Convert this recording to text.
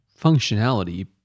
functionality